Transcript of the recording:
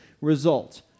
result